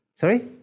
Sorry